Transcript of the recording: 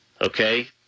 okay